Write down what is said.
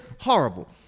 horrible